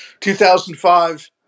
2005